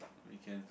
on weekends